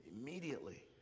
immediately